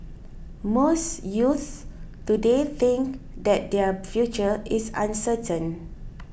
most youths today think that their future is uncertain